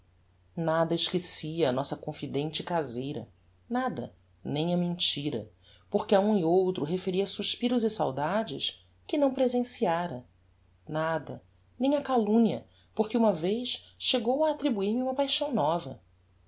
nada esquecia a nossa confidente e caseira nada nem a mentira porque a um e outro referia suspiros e saudades que não presenciára nada nem a calumnia porque uma vez chegou a attribuir me uma paixão nova